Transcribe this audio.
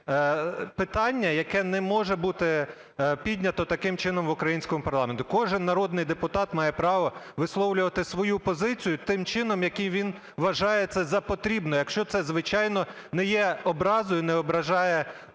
питання, яке не може бути підняте таким чином в українському парламенті. Кожен народний депутат має право висловлювати свою позицію тим чином, який він вважає це за потрібне, якщо це, звичайно, не є образою і не ображає інших